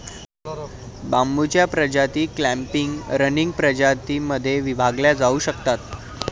बांबूच्या प्रजाती clumping, running प्रजातीं मध्ये विभागल्या जाऊ शकतात